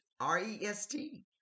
R-E-S-T